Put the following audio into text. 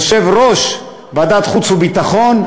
יושב-ראש ועדת חוץ וביטחון,